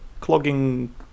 clogging